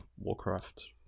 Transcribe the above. Warcraft